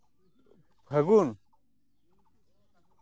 ᱯᱷᱟᱹᱜᱩᱱ